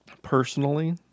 Personally